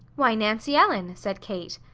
why, nancy ellen said kate.